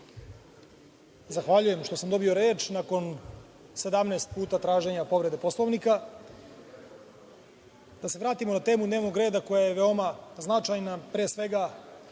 sekundi. Zahvaljujem što sam dobio reč nakon 17 puta traženja povrede Poslovnika. Da se vratimo na temu dnevnog reda koja je veoma značajna, pre svega,